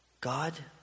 God